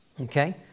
Okay